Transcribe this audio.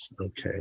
Okay